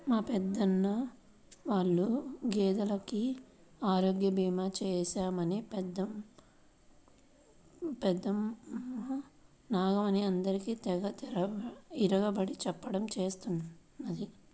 మా పెదనాన్న వాళ్ళ గేదెలకు ఆరోగ్య భీమా చేశామని పెద్దమ్మ నాగమణి అందరికీ తెగ ఇరగబడి చెప్పడం చేస్తున్నది